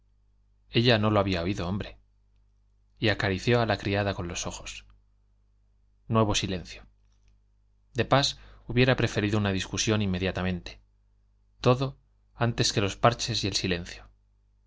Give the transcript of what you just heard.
ella no lo había oído hombre y acarició a la criada con los ojos nuevo silencio de pas hubiera preferido una discusión inmediatamente todo antes que los parches y el silencio